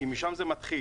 כי משם זה מתחיל.